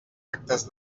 actes